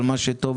הנושא הזה בדמי.